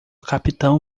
capitão